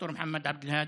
ד"ר מוחמד עבד אלהאדי,